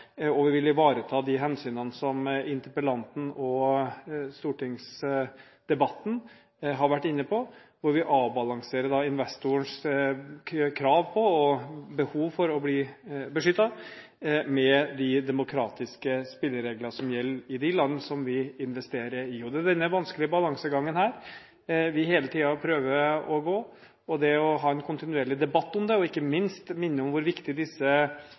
og vi vil ivareta de hensynene som interpellanten og deltakerne i debatten har vært inne på, hvor vi avbalanserer investorenes krav på og behov for å bli beskyttet med de demokratiske spilleregler som gjelder i de land som vi investerer i. Det er denne vanskelige balansegangen vi hele tiden prøver å gå, og det å ha en kontinuerlig debatt om det, og ikke minst minne om hvor